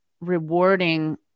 rewarding